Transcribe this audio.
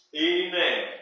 amen